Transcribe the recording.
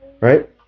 right